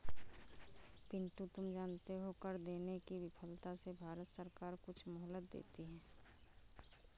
पिंटू तुम जानते हो कर देने की विफलता से भारत सरकार कुछ मोहलत देती है